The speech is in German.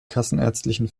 kassenärztlichen